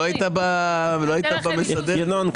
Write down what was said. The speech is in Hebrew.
ינון,